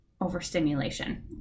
overstimulation